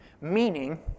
Meaning